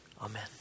Amen